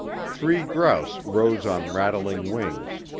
three grouse rose on rattling wings.